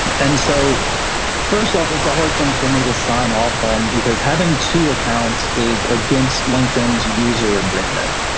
and so first off, it's a hard thing for me to sign off on because having two accounts is against linkedin's user agreement.